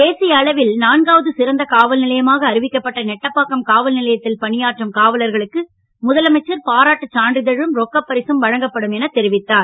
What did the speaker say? தேசிய அளவில் நான்காவது சிறந்த காவல்நிலையமாக அறிவிக்கப்பட்ட நெட்டப்பாக்கம் காவல்நிலையத்தில் பணியாற்றும் காவலர்களுக்கு முதலமைச்சர் பாராட்டுச் சான்றிதழும் ரொக்கப் பரிசும் வழங்கப்படும் என தெரிவித்தார்